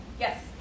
Yes